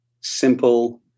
simple